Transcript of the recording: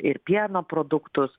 ir pieno produktus